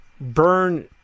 Burn